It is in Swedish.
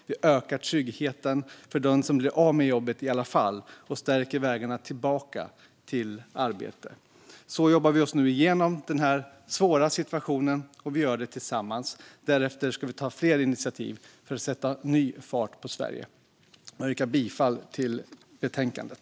Vi ökar tryggheten för den som i alla fall blir av med jobbet, och vi stärker vägarna tillbaka till arbete. Så jobbar vi oss nu igenom denna svåra situation, och vi gör det tillsammans. Därefter ska vi ta fler initiativ för att sätta ny fart på Sverige. Jag yrkar bifall till förslaget i betänkandet.